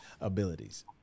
abilities